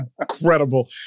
incredible